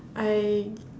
I